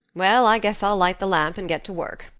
well, i guess i'll light the lamp and get to work,